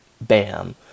BAM